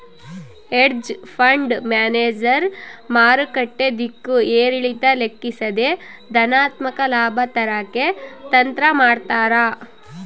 hedge fund manager ಮಾರುಕಟ್ಟೆ ದಿಕ್ಕು ಏರಿಳಿತ ಲೆಕ್ಕಿಸದೆ ಧನಾತ್ಮಕ ಲಾಭ ತರಕ್ಕೆ ತಂತ್ರ ಮಾಡ್ತಾರ